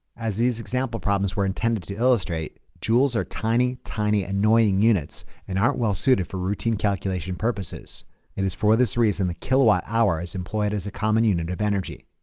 as these example problems were intended to illustrate joules are tiny, tiny annoying units and aren't well suited for routine calculation purposes. and is for this reason the kilowatt-hour is employed as a common unit of energy.